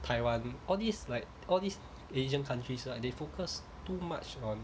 台湾 all these like all these asian countries like they focus too much on